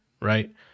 right